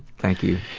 thank you.